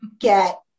get